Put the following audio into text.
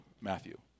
Matthew